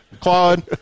Claude